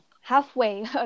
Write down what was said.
halfway